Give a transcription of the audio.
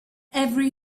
every